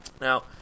Now